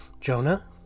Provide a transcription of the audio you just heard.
Jonah